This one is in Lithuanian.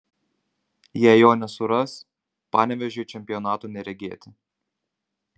jei jo nesuras panevėžiui čempionato neregėti